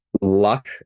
luck